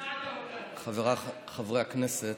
חבריי חברי הכנסת,